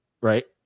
right